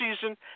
season